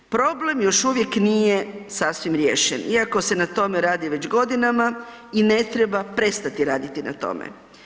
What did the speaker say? Problem još uvijek nije sasvim riješen iako se na tome radi već godinama i ne treba prestati raditi na tome.